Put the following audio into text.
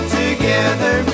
together